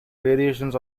variations